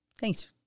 Thanks